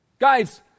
Guys